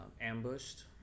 ambushed